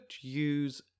use